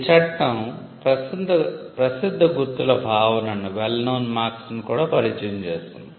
ఈ చట్టం ప్రసిద్ధ గుర్తుల భావననుకూడా పరిచయం చేస్తుంది